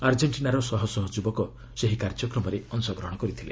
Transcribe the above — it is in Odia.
ଆର୍ଜେଣ୍ଟିନାର ଶହ ଶହ ଯୁବକ ଏହି କାର୍ଯ୍ୟକମରେ ଅଂଶଗ୍ରହଣ କରିଥିଲେ